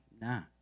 nah